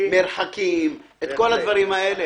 מרחקים, את כל הדברים האלה.